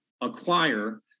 acquire